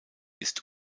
ist